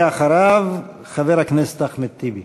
אחריו, חבר הכנסת אחמד טיבי.